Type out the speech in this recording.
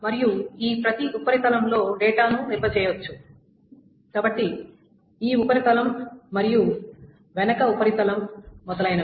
మరియు ఈ ప్రతి ఉపరితలంలో డేటాను నిల్వ చేయవచ్చు కాబట్టి ఈ ఉపరితలం మరియు వెనుక ఉపరితలం మొదలైనవి